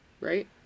right